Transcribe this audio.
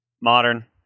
Modern